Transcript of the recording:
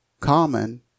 Common